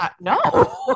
no